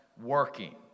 working